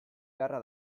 beharra